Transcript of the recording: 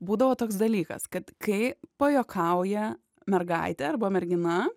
būdavo toks dalykas kad kai pajuokauja mergaitė arba mergina